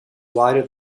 wider